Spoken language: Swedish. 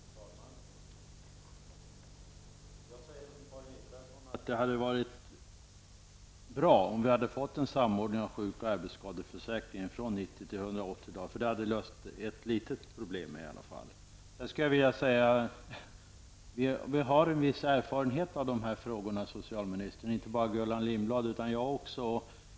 Fru talman! Jag håller med Karin Israelsson om att det hade varit bra med en samordning av sjuk och arbetsskadeförsäkringen från 90 till 180 dagar. Det hade i varje fall löst ett litet problem. Vi har en viss erfarenhet av dessa frågor, socialministern, och inte bara Gullan Lindblad utan även jag.